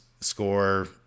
score